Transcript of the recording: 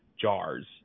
jars